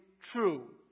true